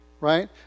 right